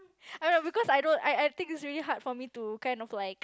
I know because I don't I I think it's really hard for me to kind of like